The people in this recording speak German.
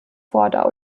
vorder